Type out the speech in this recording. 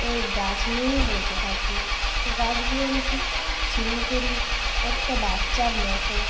ওই গাছ নিয়েই বসে থাকি গাছগুলোনকে স্নেহ করি একটা বাচ্চার মতো